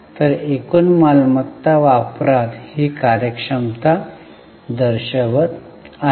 तर एकूण मालमत्ता वापरात ही कार्यक्षमता दर्शवित आहे